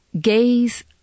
gaze